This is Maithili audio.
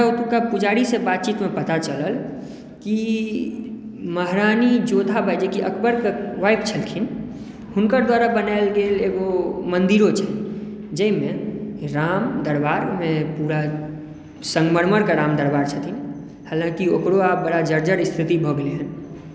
हमरा ओतौका पुजारीसँ पता चलल की महारानी जोधाबाइ जेकी अकबरके वाइफ छलखिन हुनकर द्वारा बनाओल एगो मन्दिरो छनि जहिमे रामदरबारमे पूरा संगमरमरके रामदरबार छथिन हलाँकी ओकरो आब बरा जर्जर स्थिति भऽ गेलैय